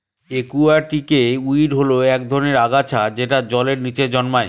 একুয়াটিকে উইড হল এক ধরনের আগাছা যেটা জলের নীচে জন্মায়